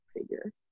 figure